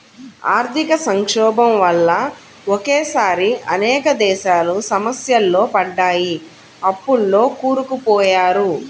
ఆర్థిక సంక్షోభం వల్ల ఒకేసారి అనేక దేశాలు సమస్యల్లో పడ్డాయి, అప్పుల్లో కూరుకుపోయారు